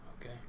Okay